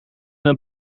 een